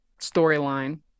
storyline